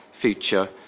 future